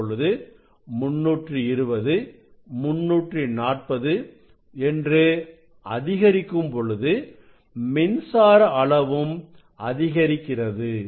இப்பொழுது 320 340 என்று அதிகரிக்கும் பொழுது மின்சார அளவும் அதிகரிக்கிறது